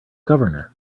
governor